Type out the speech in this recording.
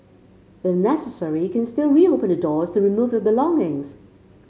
in necessary you can still reopen the doors to remove your belongings